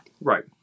Right